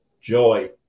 Joy